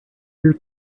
your